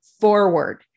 forward